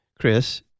Chris